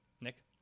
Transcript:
Nick